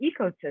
ecosystem